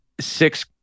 six